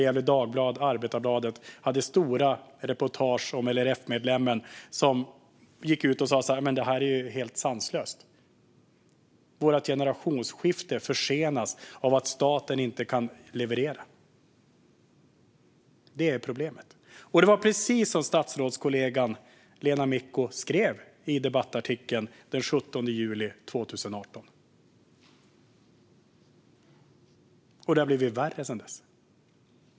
Gefle Dagblad och Arbetarbladet hade stora reportage om LRF-medlemmen som gick ut och sa att det är helt sanslöst att deras generationsskifte försenas av att staten inte kan leverera. Detta är problemet. Det var precis som statsrådskollegan Lena Micko skrev i debattartikeln den 17 juli 2018, och det har blivit värre sedan dess.